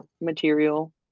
material